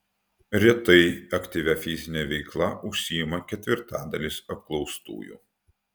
retai aktyvia fizine veikla užsiima ketvirtadalis apklaustųjų